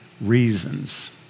reasons